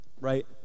right